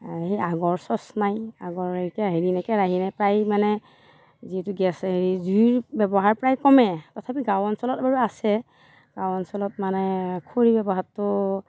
আগৰ চ'চ নাই আগৰ এতিয়া হেৰি কেৰাহী নাই প্ৰায়ে মানে যিটো গেছে হেৰি জুইৰ ব্যৱহাৰ প্ৰায় কমেই তথাপিও গাঁও অঞ্চলত বাৰু আছে গাঁও অঞ্চলত মানে খৰিৰ ব্যৱহাৰটো